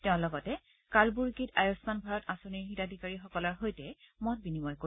তেওঁ লগতে কালবুৰ্গিত আৰ্য়ুস্মান ভাৰত আঁচনিৰ হিতাধিকাৰীসকলৰ সৈতে মত বিনিময় কৰিব